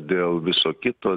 dėl viso kito